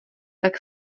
tak